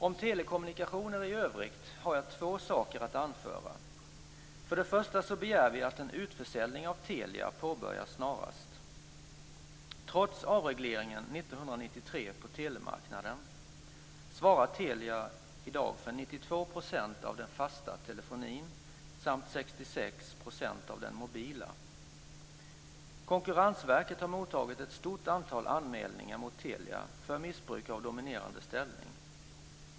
Om telekommunikationer i övrigt har jag två saker att anföra: För det första begär vi att en utförsäljning av Telia påbörjas snarast. 66 % av den mobila. Konkurrensverket har mottagit ett stort antal anmälningar mot Telia för missbruk av dominerande ställning.